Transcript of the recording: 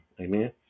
Amen